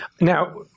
Now